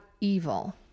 evil